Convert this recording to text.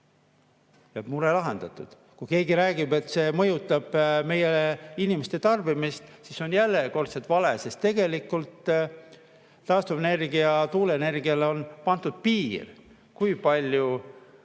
ja mure oleks lahendatud. Kui keegi räägib, et see mõjutab meie inimeste tarbimist, siis see on järjekordselt vale, sest tegelikult taastuvenergiale, tuuleenergiale on pandud piir, kui palju